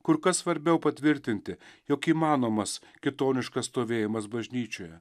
kur kas svarbiau patvirtinti jog įmanomas kitoniškas stovėjimas bažnyčioje